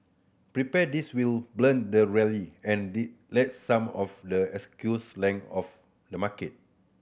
prepare this will blunt the rally and the let some of the excess length of the market